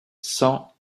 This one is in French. cent